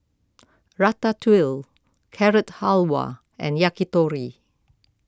Ratatouille Carrot Halwa and Yakitori